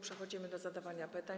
Przechodzimy do zadawania pytań.